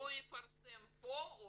או יפרסם פה או